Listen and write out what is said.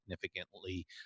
significantly